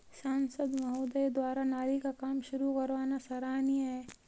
सांसद महोदय द्वारा नाली का काम शुरू करवाना सराहनीय है